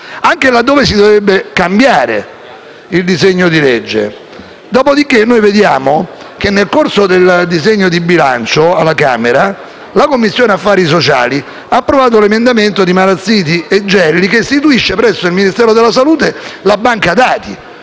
anche laddove si dovrebbe cambiare il disegno di legge. Dopodiché, nel corso dell'esame della legge di bilancio alla Camera la Commissione affari sociali ha approvato un emendamento di Marazziti e Gelli che istituisce, presso il Ministero della salute, la banca dati,